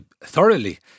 thoroughly